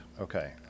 Okay